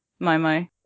Momo